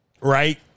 Right